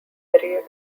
myriad